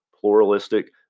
pluralistic